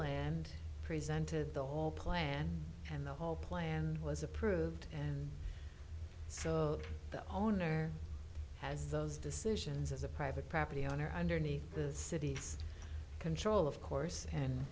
land presented the whole plan and the whole plan was approved and so the owner has those decisions as a private property owner underneath the city's control of course and